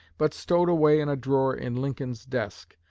but stowed away in a drawer in lincoln's desk,